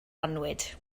annwyd